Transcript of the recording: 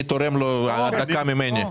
אני תורם לו דקה ממני.